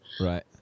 Right